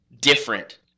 different